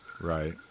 Right